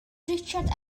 richard